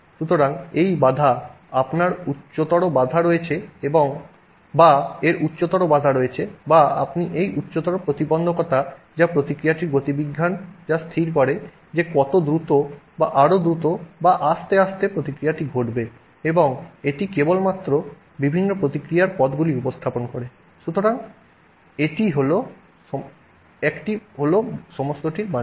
সুতরাং এই বাধা আপনার উচ্চতর বাধা রয়েছে বা এর উচ্চতর বাধা রয়েছে বা আপনি এই উচ্চতর প্রতিবন্ধকতা যা প্রতিক্রিয়ার গতিবিজ্ঞান যা স্থির করে যে কত দ্রুত বা আরও দ্রুত বা আস্তে আস্তে প্রতিক্রিয়াটি ঘটবে এবং এটি কেবল বিভিন্ন প্রতিক্রিয়ার পথগুলি উপস্থাপন করে সুতরাং একটি হলো সমস্তটির মানে